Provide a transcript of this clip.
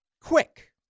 quick